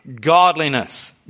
godliness